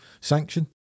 sanction